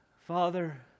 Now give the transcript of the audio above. Father